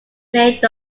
made